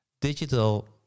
digital